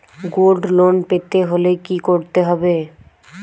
Gold loan পেতে হলে কি করতে হবে?